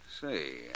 Say